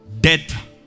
Death